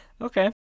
Okay